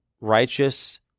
righteous